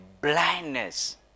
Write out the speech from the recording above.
blindness